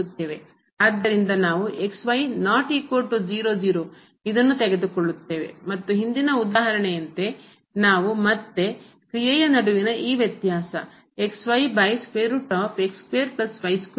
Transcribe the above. ಆದ್ದರಿಂದ ನಾವು ಮತ್ತು ಹಿಂದಿನ ಉದಾಹರಣೆಯಂತೆ ನಾವು ಮತ್ತೆ ಕ್ರಿಯೆಯ ನಡುವಿನ ಈ ವ್ಯತ್ಯಾಸ ಎಂದು ಪರಿಗಣಿಸುತ್ತೇವೆ